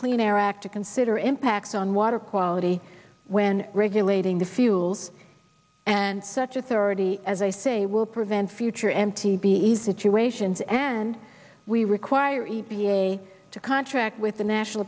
clean air act to consider impacts on water quality when regulating the fuels and such authority as i say will prevent future m t b e situations and we require e p a to contract with the national